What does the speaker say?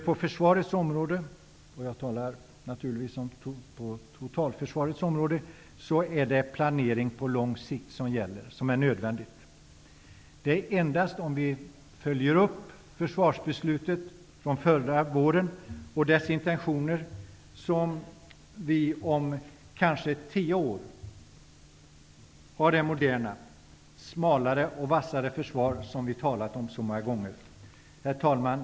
På försvarets område, jag talar naturligtvis om totalförsvaret, måste vi planera på lång sikt. Det är endast om vi följer upp försvarsbeslutet från förra våren, och dess intentioner, som vi om kanske tio år har det moderna, smalare och vassare försvar som vi talat om så många gånger. Herr talman!